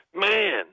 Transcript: Man